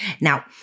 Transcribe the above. Now